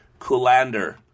Kulander